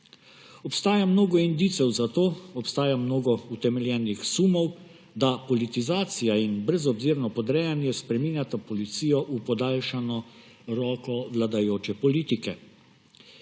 Obstaja mnogo indicev za to, obstaja mnogo utemeljenih sumov, da politizacija in brezobzirno podrejanje spreminjata policijo v podaljšano roko vladajoče politike.